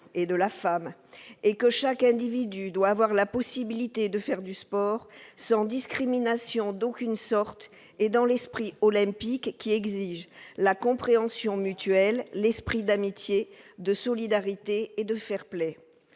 et de la femme et que chaque individu doit avoir la possibilité de faire du sport sans discrimination d'aucune sorte et dans l'esprit olympique qui exige la compréhension mutuelle, l'esprit d'amitié, de solidarité et de fair-play,